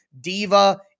diva